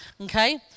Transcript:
Okay